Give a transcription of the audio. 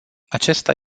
acesta